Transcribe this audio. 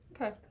okay